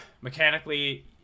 mechanically